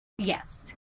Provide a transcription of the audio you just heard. Yes